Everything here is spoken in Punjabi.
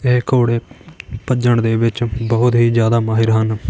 ਇਹ ਘੋੜੇ ਭੱਜਣ ਦੇ ਵਿੱਚ ਬਹੁਤ ਹੀ ਜ਼ਿਆਦਾ ਮਾਹਰ ਹਨ